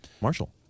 Marshall